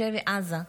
בשבי עזה.